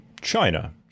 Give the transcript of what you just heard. China